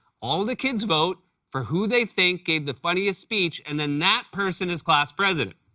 all the kids vote for who they think gave the funniest speech, and then that person is class president.